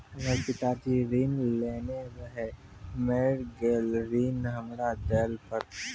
हमर पिताजी ऋण लेने रहे मेर गेल ऋण हमरा देल पड़त?